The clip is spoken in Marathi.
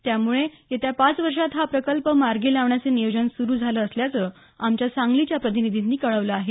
त्यामुळे येत्या पाच वर्षात हा प्रकल्प मार्गी लावण्याचे नियोजन सुरू झालं असल्याचं आमच्या सांगलीच्या प्रतिनिधींनी कळवलं आहे